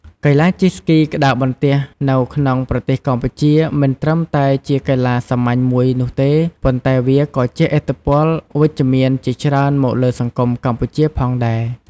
កីឡាជិះស្គីក្ដារបន្ទះនៅក្នុងប្រទេសកម្ពុជាមិនត្រឹមតែជាកីឡាសាមញ្ញមួយនោះទេ ប៉ុន្តែវាក៏បានជះឥទ្ធិពលវិជ្ជមានជាច្រើនមកលើសង្គមកម្ពុជាផងដែរ។